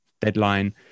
deadline